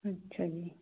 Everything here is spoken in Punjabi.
ਅੱਛਾ ਜੀ